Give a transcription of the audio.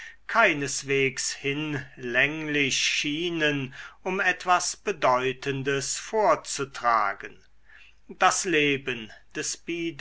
keineswegs hinlänglich schienen um etwas bedeutendes vorzutragen das leben des